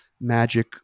magic